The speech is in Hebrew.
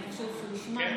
כי חשוב שהוא ישמע.